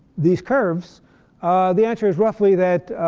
these curves the answer is roughly that,